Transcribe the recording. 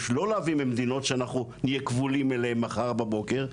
ולא להביא ממדינות שאנחנו נהיה כבולים אליהם מחר בבוקר,